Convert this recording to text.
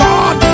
God